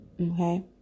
Okay